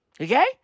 Okay